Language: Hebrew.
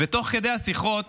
ותך כדי השיחות